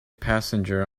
passenger